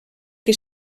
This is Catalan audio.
que